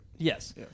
Yes